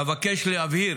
אבקש להבהיר